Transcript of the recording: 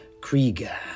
Krieger